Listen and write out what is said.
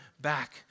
back